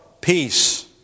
peace